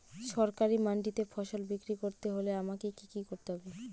সরকারি মান্ডিতে ফসল বিক্রি করতে হলে আমাকে কি কি করতে হবে?